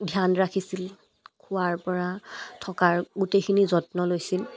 ধ্যান ৰাখিছিল খোৱাৰ পৰা থকাৰ গোটেইখিনি যত্ন লৈছিল